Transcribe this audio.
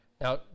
Now